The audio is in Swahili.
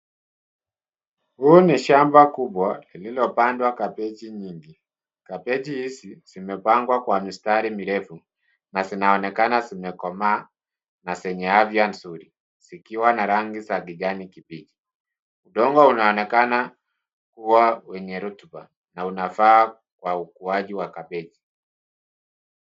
Huu ni shamba kubwa lililopandwa kabichi nyingi. Kabichi hizi zimepangwa kwa mstari mrefu na zinaonekana zimekomaa na zenye afya nzuri zikiwa na rangi za kijani kibichi. Udongo unaonekana kuwa wenye rutuba na unafaa kwa ukuaji wa kabechi.